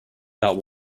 that